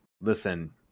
Listen